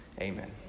Amen